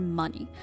money